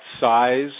size